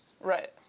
Right